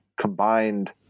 combined